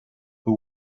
who